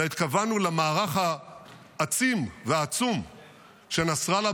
אלא התכוונו למערך העצים והעצום שנסראללה